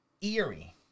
Eerie